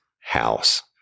house